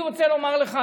אני רוצה לומר לך,